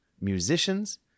musicians